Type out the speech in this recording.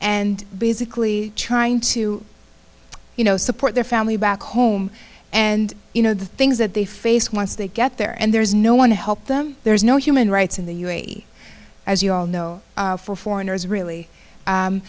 and basically trying to you know support their family back home and you know the things that they face once they get there and there's no one to help them there's no human rights in the u a e as you all know for foreigners really